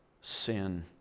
sin